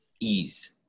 ease